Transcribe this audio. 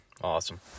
Awesome